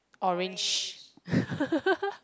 orange